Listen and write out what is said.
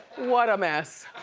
what a mess,